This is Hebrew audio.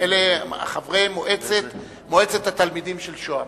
אלה חברי מועצת התלמידים של שוהם,